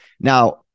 Now